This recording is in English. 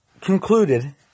concluded